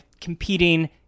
competing